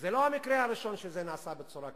וזה לא המקרה הראשון שזה נעשה בצורה כזאת.